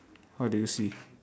what do you see